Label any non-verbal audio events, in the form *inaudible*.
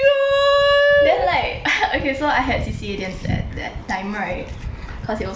then like *laughs* okay so I had C_C_A that that that time right cause it was a friday